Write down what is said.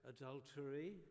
adultery